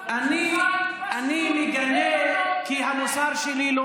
אתה לא למדת דבר אחד מההיסטוריה של העם שלך.